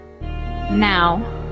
Now